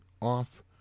off